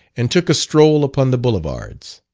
and took a stroll upon the boulevards.